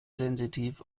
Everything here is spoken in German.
sensitiv